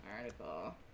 article